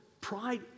pride